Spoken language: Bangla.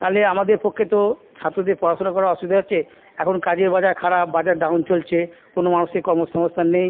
না হলে আমাদের পক্ষে তো ছাত্রদের পড়াশোনা করা অসুবিধা হচ্ছে এখন কাজের বাজার খারাপ বাজার ডাউন চলছে কোনো মানুষের কর্মসংস্থান নেই